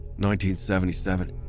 1977